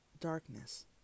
darkness